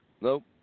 Nope